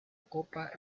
copa